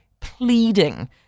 pleading –